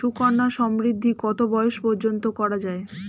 সুকন্যা সমৃদ্ধী কত বয়স পর্যন্ত করা যায়?